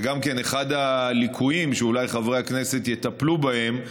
וגם כן, אחד הליקויים שאולי חברי הכנסת יטפלו בהם,